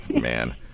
Man